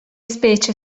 specie